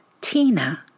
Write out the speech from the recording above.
Tina